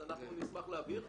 אז אנחנו נשמח להעביר.